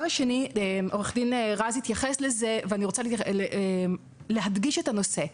עורך דין רז התייחס ואני רוצה להדגיש את הנושא,